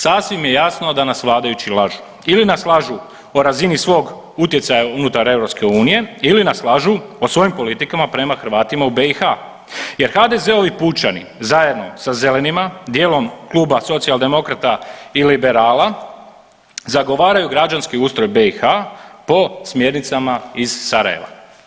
Sasvim je jasno da nas vladajući lažu ili nas lažu o razini svog utjecaja unutar EU ili nas lažu o svojim politikama prema Hrvatima u BiH jer HDZ-ovi pučani zajedno sa zelenima dijelom kluba Socijaldemokrata i Liberala zagovaraju građanski ustroj BiH po smjernicama iz Sarajeva.